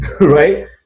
right